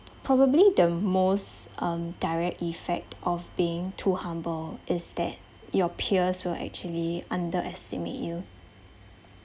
probably the most um direct effect of being too humble is that your peers will actually underestimate you